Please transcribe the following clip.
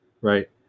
right